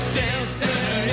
dancing